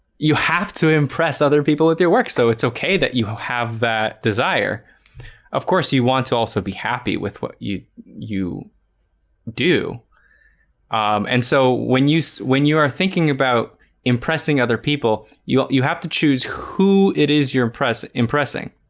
you have to impress other people with your work. so it's okay that you have that desire of course you want to also be happy with what you you do and so when you so when you are thinking about impressing other people you ah you have to choose who it is. you're impress impressing.